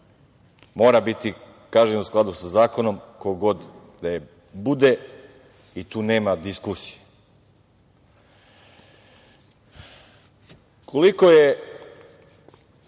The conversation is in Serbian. mora biti kažnjen u skladu sa zakonom, ko god da bude i tu nema diskusije. Koliko je